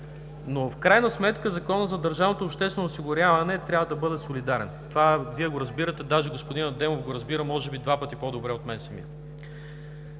но в крайна сметка Законът за държавното обществено осигуряване трябва да бъде солидарен. Това Вие го разбирате, даже господин Адемов го разбира може би два пъти по-добре от мен самия.